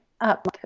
up